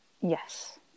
yes